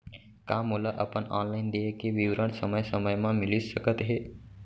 का मोला अपन ऑनलाइन देय के विवरण समय समय म मिलिस सकत हे?